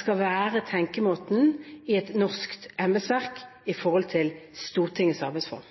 skal være tenkemåten i et norsk embetsverk i forhold